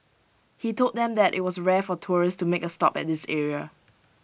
he told them that IT was rare for tourists to make A stop at this area